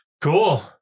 Cool